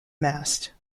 mast